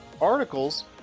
articles